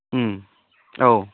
औ